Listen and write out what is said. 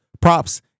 props